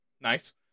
nice